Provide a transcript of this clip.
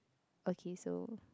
okay so